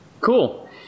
Cool